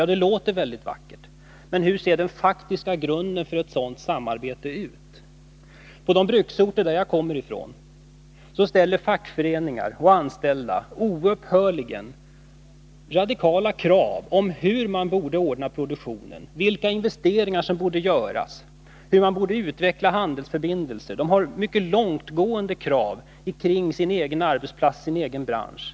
Ja, det låter vackert, men hur ser den faktiska grunden för ett sådant samarbete ut? På den bruksort varifrån jag kommer ställer fackföreningar och anställda oupphörligen radikala krav på hur produktionen bör ordnas, vilka investeringar som bör göras och hur handelsförbindelserna bör utvecklas. De har långtgående krav på sin egen arbetsplats och på den egna branschen.